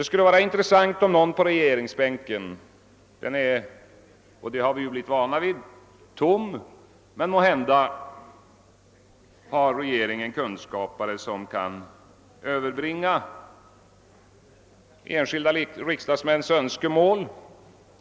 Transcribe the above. Som vanligt är regeringsbänken tom, men måhända har regeringen kunskapare som kan överbringa enskilda riksdagsmäns önskemål.